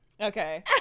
Okay